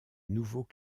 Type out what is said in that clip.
nouveaux